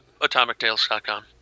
AtomicTales.com